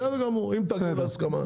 בסדר גמור, אם תגיעו להסכמה.